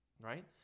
right